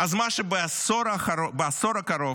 מה שבעשור הקרוב,